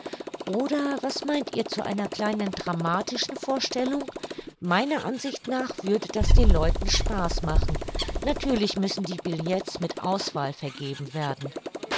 oder was meint ihr zu einer kleinen dramatischen vorstellung meiner ansicht nach würde das den leuten spaß machen natürlich müssen die billets mit auswahl vergeben werden